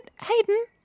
Hayden